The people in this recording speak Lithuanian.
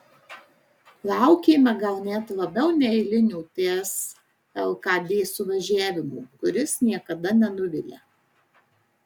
laukėme gal net labiau nei eilinio ts lkd suvažiavimo kuris niekada nenuvilia